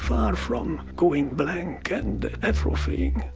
from ah and from going blank and atrophying,